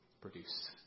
produce